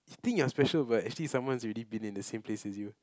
you think you're special but actually someone's already been in the same place as you